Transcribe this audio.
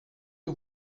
que